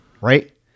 right